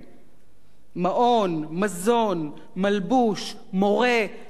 מעון, מזון, מלבוש, מורה, מרפא.